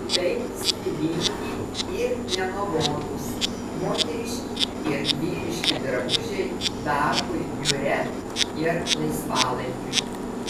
tai stilingi ir nenuobodūs moteriški ir vyriški drabužiai darbui biure ir laisvalaikiui